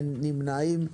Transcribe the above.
אין נמנעים.